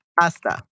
hasta